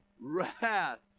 wrath